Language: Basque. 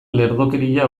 lerdokeria